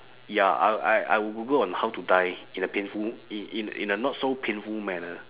ya I'll I I will google on how to die in a painful in in in a not so painful manner